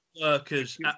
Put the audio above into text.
workers